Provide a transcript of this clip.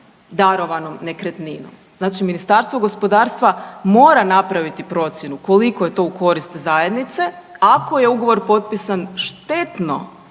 darovanom nekretninom. Znači Ministarstvo gospodarstva mora napraviti procjenu koliko je to u korist zajednice ako je ugovor potpisan štetno